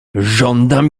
żądam